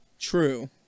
True